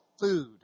food